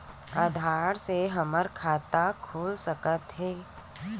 आधार से हमर खाता खुल सकत हे?